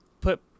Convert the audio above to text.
put